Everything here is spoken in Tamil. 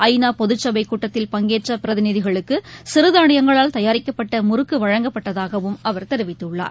ஐநா பொதுச்சபை கூட்டத்தில் பங்கேற்ற பிரதிநிதிகளுக்கு சிறு தானியங்களால் தயாரிக்கப்பட்ட முறுக்கு வழங்கப்பட்டதாகவும் அவர் தெரிவித்துள்ளார்